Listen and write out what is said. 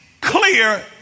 clear